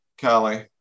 Callie